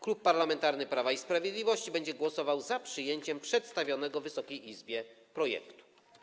Klub Parlamentarny Prawo i Sprawiedliwość będzie głosował za przyjęciem przedstawionego Wysokiej Izbie projektu.